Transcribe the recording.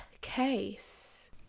case